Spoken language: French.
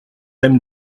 aime